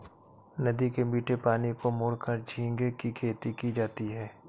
नदी के मीठे पानी को मोड़कर झींगे की खेती की जाती है